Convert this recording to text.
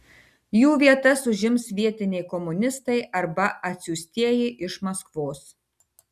jų vietas užims vietiniai komunistai arba atsiųstieji iš maskvos